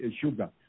sugar